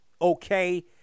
okay